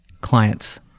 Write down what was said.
clients